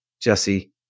Jesse